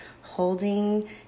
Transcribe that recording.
holding